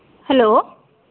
hello